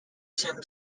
some